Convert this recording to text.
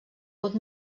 pot